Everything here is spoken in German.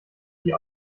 die